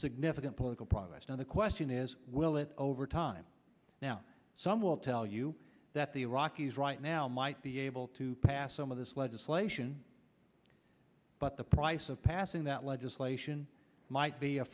significant political progress now the question is will it over time now some will tell you that the iraqis right now might be able to pass some of this legislation but the price of passing that legislation might be a